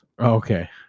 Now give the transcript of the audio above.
Okay